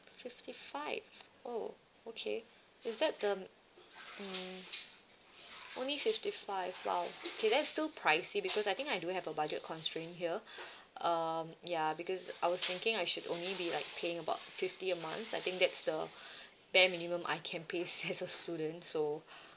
fifty five oh okay is that the m~ mm only fifty five !wow! okay then it's still pricey because I think I do have a budget constraint here um ya because I was thinking I should only be like paying about fifty a month I think that's the bare minimum I can pay s~ as a student so